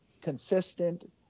consistent